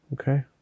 Okay